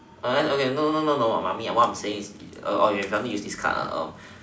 uh okay no no no no mummy what I am saying is oh you finally use this card ah oh